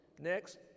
Next